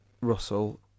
Russell